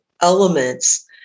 elements